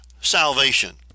salvation